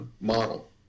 model